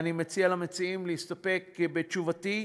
אני מציע למציעים להסתפק בתשובתי,